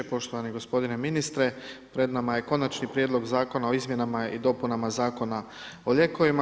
Poštovani gospodine ministre, pred nama je Konačni prijedlog zakona o izmjenama i dopunama Zakona o lijekovima.